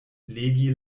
legi